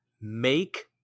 make